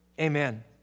Amen